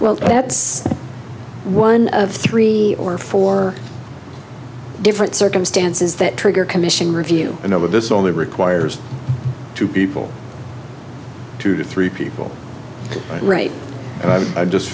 well that's one of three or four different circumstances that trigger commission review and over this only requires two people two or three people right and i just